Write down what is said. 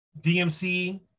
DMC